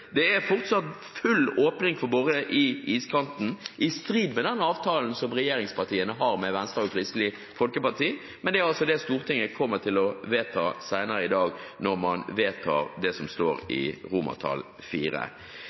Det er fortsatt full åpning for å bore ved iskanten, i strid med den avtalen som regjeringspartiene har med Venstre og Kristelig Folkeparti, men det er det Stortinget kommer til å vedta seinere i dag, når man vedtar IV. Det